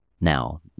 now